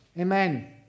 Amen